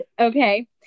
Okay